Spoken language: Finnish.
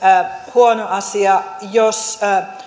huono asia jos